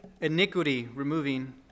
iniquity-removing